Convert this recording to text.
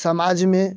समाज में